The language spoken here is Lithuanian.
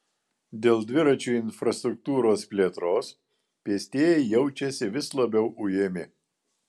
dėl dviračių infrastruktūros plėtros pėstieji jaučiasi vis labiau ujami